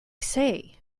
say